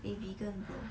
they vegan brother